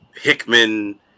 Hickman